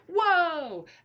whoa